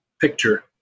picture